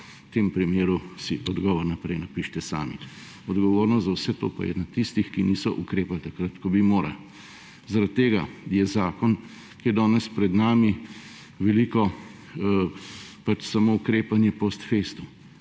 V tem primeru si odgovor naprej napišite sami, odgovornost za vse to pa je na tistih, ki niso ukrepali takrat, ko bi morali. Zaradi tega je zakon, ki je danes pred nami, pač samo ukrepanje post festum,